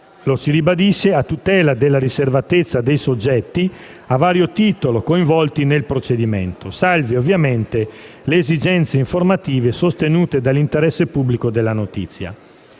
lo si ribadisce a tutela della riservatezza dei soggetti a vario titolo coinvolti nel procedimento, salve, ovviamente, le esigenze informative sostenute dall'interesse pubblico della notizia.